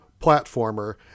platformer